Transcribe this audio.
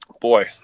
boy